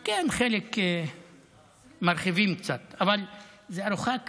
כן, חלק מרחיבים קצת, אבל זו ארוחה קטנה,